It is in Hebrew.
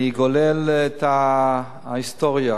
אני אגולל את ההיסטוריה.